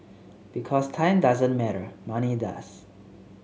because time doesn't matter money does